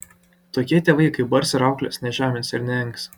tokie tėvai kai bars ir auklės nežemins ir neengs